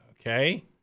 Okay